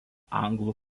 anglų